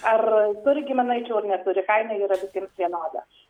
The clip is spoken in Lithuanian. ar turi giminaičių ar neturi kaina yra visiems vienoda